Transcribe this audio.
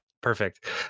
Perfect